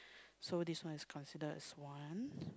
so this one is considered as one